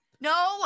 no